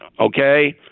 okay